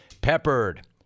peppered